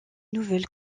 nouvelle